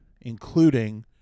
including